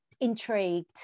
intrigued